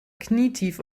knietief